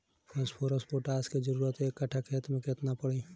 Phosphorus potash के जरूरत एक कट्ठा खेत मे केतना पड़ी?